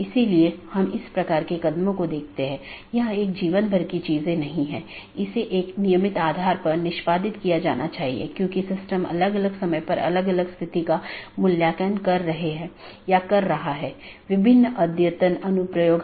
अब अगर हम BGP ट्रैफ़िक को देखते हैं तो आमतौर पर दो प्रकार के ट्रैफ़िक होते हैं एक है स्थानीय ट्रैफ़िक जोकि एक AS के भीतर ही होता है मतलब AS के भीतर ही शुरू होता है और भीतर ही समाप्त होता है